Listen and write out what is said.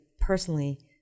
personally